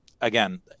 again